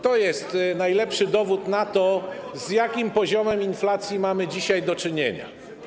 To jest najlepszy dowód na to, z jakim poziomem inflacji mamy dzisiaj do czynienia.